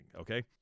okay